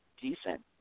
decent